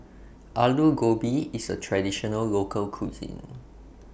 Alu Gobi IS A Traditional Local Cuisine